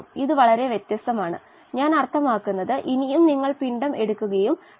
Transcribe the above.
അപ്പോൾ വായുവിൽ 21 ശതമാനം ഓക്സിജൻ അടങ്ങിയിരിക്കുന്നു